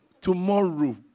tomorrow